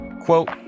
Quote